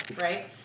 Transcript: right